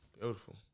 Beautiful